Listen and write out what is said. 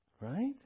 Right